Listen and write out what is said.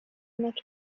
not